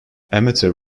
amateur